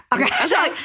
Okay